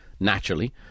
Naturally